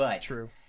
True